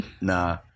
Nah